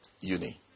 uni